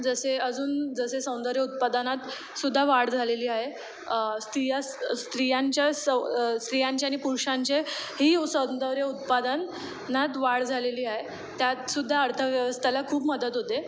जसे अजून जसे सौंदर्य उत्पादनात सुद्धा वाढ झालेली आहे स्त्रियास् स्त्रियांच्या सौ स्त्रियांचे आणि पुरुषांचे ही उ सौंदर्य उत्पादन नात वाढ झालेली आहे त्यात सुद्धा अर्थव्यवस्थाला खूप मदत होते